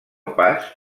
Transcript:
pas